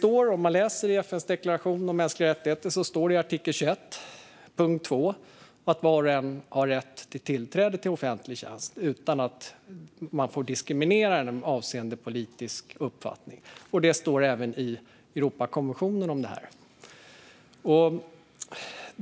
Om man läser i FN:s deklaration om mänskliga rättigheter står det i artikel 21, punkt 2 att var och en har rätt till tillträde till offentlig tjänst utan att diskrimineras avseende politisk uppfattning. Det står även i Europakonventionen om detta.